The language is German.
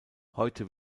heute